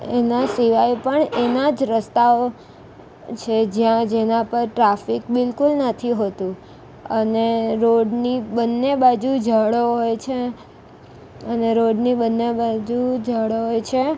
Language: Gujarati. એના સિવાય પણ એનાજ રસ્તાઓ છે જ્યાં જેના પર ટ્રાફિક બિલકુલ નથી હોતું અને રોડની બંને બાજુ ઝાડો હોય છે અને રોડની બંને બાજુ ઝાડો હોય છે